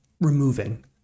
removing